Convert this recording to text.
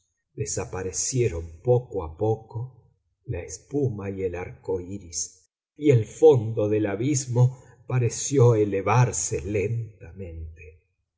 desaparecieron poco a poco la espuma y el arco iris y el fondo del abismo pareció elevarse lentamente